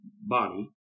body